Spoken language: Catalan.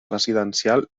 residencial